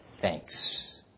thanks